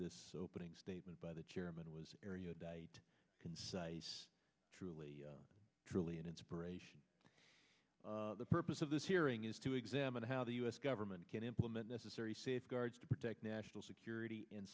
this opening statement by the chairman was concise truly truly an inspiration the purpose of this hearing is to examine how the u s government can implement necessary safeguards to protect national security and